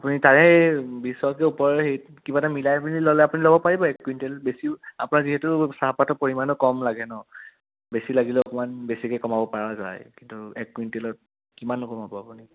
আপুনি তাৰে বিশতকৈ ওপৰত কিবা এটা মিলাই মেলি ল'লে আপুনি ল'ব পাৰিব এক কুইণ্টল বেছি আপোনাৰ যিহেতু চাহপাতৰ পৰিমানো কম লাগে ন বেছি লাগিলে অকণমান বেছিকৈ কমাব পৰা যায় কিন্তু এক কুইণ্টেলত কিমান নো কমাব আপুনি